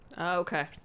Okay